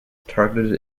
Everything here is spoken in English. targeted